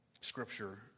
scripture